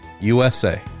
USA